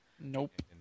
Nope